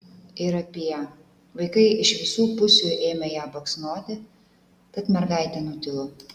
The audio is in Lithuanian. ir apie vaikai iš visų pusių ėmė ją baksnoti tad mergaitė nutilo